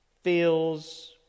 feels